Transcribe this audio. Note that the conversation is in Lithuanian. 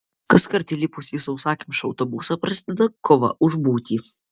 kaskart įlipus į sausakimšą autobusą prasideda kova už būtį